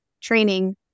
training